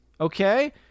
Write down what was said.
okay